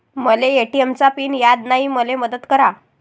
मले माया ए.टी.एम चा पिन याद नायी, मले मदत करा